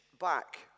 back